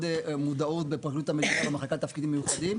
מודעות בפרקליטות המדינה במחלקה לתפקידים מיוחדים,